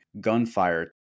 gunfire